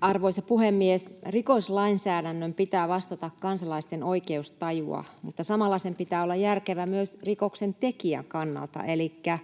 Arvoisa puhemies! Rikoslainsäädännön pitää vastata kansalaisten oikeustajua, mutta samalla sen pitää olla järkevä myös rikoksentekijän kannalta, elikkä